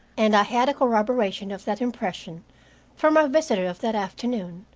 and i had a corroboration of that impression from my visitor of that afternoon,